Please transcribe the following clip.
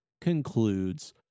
concludes